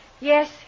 Yes